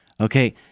Okay